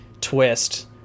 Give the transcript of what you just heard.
twist